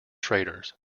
traitors